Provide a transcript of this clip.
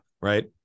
right